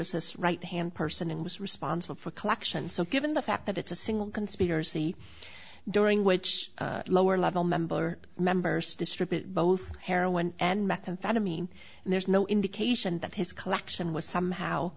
this right hand person was responsible for collection so given the fact that it's a single conspiracy during which lower level member members distribute both heroin and methamphetamine and there's no indication that his collection was somehow